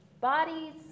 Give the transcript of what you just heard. bodies